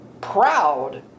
proud